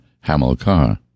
Hamilcar